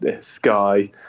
sky